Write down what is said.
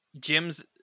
Jim's